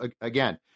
again